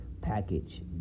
package